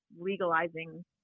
legalizing